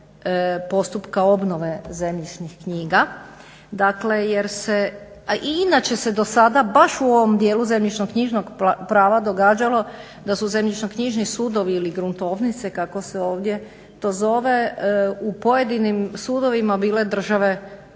postupka obnove zemljišnih knjiga, dakle jer se a i inače se do sada baš u ovom dijelu zemljišno-knjižnog prava događalo da su zemljišno-knjižni sudovi ili gruntovnice kako se to ovdje to zove u pojedinim sudovima bile države u državi